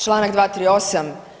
Članak 238.